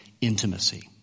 intimacy